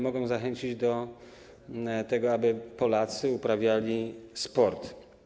Mogą one zachęcić do tego, aby Polacy uprawiali sport.